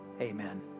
amen